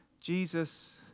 Jesus